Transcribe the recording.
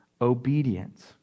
Obedience